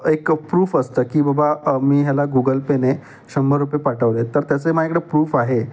एक प्रूफ असतं की बबा मी ह्याला गूगल पेने शंभर रुपये पाठवलेत तर त्याचं माकडे प्रूफ आहे